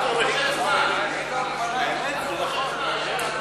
למה הוא מושך זמן?